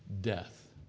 Death